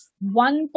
one